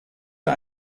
für